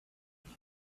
what